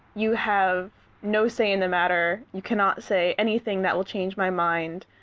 you have no say in the matter you cannot say anything that will change my mind.